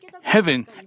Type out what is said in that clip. heaven